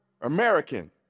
American